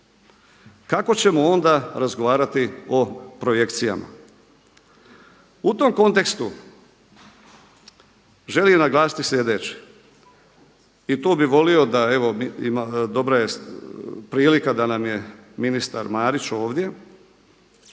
Kako ćemo onda razgovarati onda o projektima? U tom kontekstu želim naglasiti sljedeće i tu bi volio evo dobra je prilika da nam je ministar Marić ovdje,